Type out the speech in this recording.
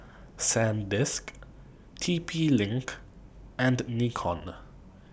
Sandisk T P LINK and Nikon